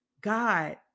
God